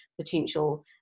potential